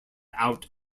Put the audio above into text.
out